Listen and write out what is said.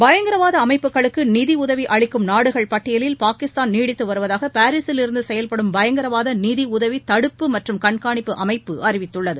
பயங்கரவாத அமைப்புகளுக்கு நிதி உதவி அளிக்கும் நாடுகள் பட்டியலில் பாகிஸ்தான் நீடித்து வருவதாக பாரிசில் இருந்து செயல்படும் பயங்கரவாத நிதி உதவி தடுப்பு மற்றும் கண்காணிப்பு அமைப்பு அறிவித்துள்ளது